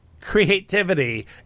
creativity